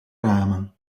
ramen